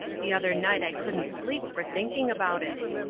the other night i couldn't sleep for thinking about it.